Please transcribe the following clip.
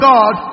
God